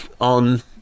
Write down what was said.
on